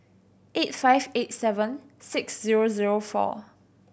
eight five eight seven six zero zero four